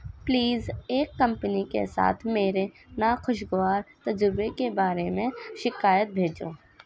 please ایک company کے ساتھ میرے ناخوشگوار تجربے کے بارے میں شکایت بھیجو